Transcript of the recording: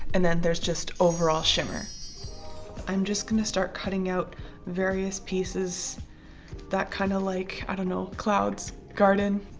and then there's just overall shimmer i'm just gonna start cutting out various pieces that kind of like i don't know clouds garden